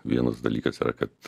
vienas dalykas yra kad